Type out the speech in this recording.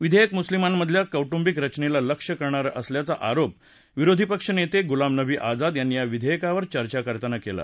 विधेयक मुस्लिमांमधल्या कौटुंबिक रचनेला लक्ष्य करणारं असल्याचा आरोप विरोधी पक्षनेते गुलाम नबी आझाद यांनी या विधेयकावर चर्चा करताना केला